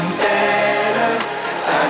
better